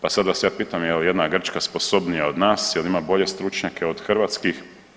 Pa sad vas ja pitam je li jedna Grčka sposobnija od nas, jel ima bolje stručnjake od hrvatskih?